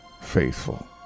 faithful